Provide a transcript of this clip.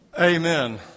Amen